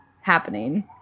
happening